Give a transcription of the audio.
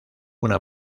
una